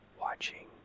watching